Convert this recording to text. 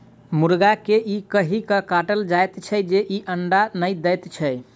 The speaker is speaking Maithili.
मुर्गा के ई कहि क काटल जाइत छै जे ई अंडा नै दैत छै